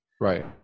Right